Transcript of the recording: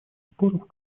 споров